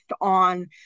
on